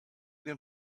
them